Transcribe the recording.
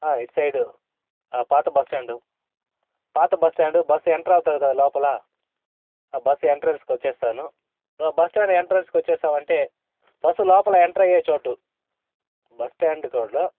ఇటు సైడ్ పాత bus stand పాత బస్ స్టాండ్ బస్ ఎంటర్ అవుతుంది కదా లోపల ఆ బస్ ఎంట్రెన్స్కి వచ్చేస్తాను నువ్వు బస్ స్టాండ్ ఎంట్రెన్స్కి వచ్చేశావంటే బస్ లోపల ఎంటర్ అయ్యే చోటు బస్ స్టాండ్ కాడా